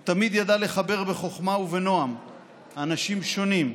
הוא תמיד ידע לחבר בחוכמה ובנועם אנשים שונים,